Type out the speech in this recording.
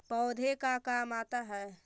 पौधे का काम आता है?